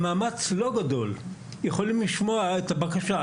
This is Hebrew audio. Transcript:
במאמץ לא גדול, יכולים לשמוע את הבקשה,